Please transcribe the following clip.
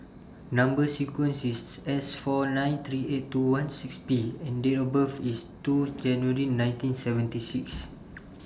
Number sequence IS S four nine three eight two one six P and Date of birth IS two January nineteen seventy six